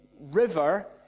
river